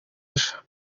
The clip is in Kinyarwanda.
ejo